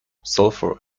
sulphur